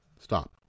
stop